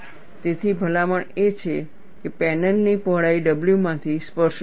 તેથી ભલામણ એ છે કે પેનલની પહોળાઈ W માંથી સ્પર્શક દોરો